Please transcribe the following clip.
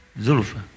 Zulufa